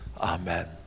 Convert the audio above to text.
Amen